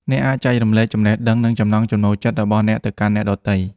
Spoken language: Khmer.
អ្នកអាចចែករំលែកចំណេះដឹង និងចំណង់ចំណូលចិត្តរបស់អ្នកទៅកាន់អ្នកដទៃ។